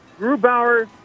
Grubauer